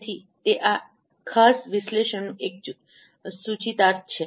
તેથી તે આ ખાસ વિશ્લેષણનું એક સૂચિતાર્થ છે